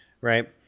Right